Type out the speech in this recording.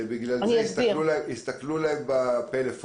ובגלל זה יסתכלו להם בפלאפון.